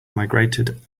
migrated